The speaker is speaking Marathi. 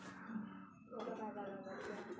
शेअर बाजारात सुचिबद्ध कंपनींचेच शेअर्स असतत